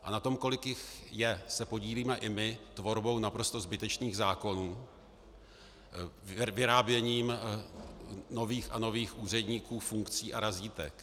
A na tom, kolik jich je, se podílíme i my tvorbou naprosto zbytečných zákonů, vyráběním nových a nových úředníků, funkcí a razítek.